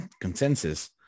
consensus